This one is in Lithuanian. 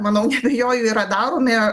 manau neabejoju yra daromi